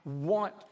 want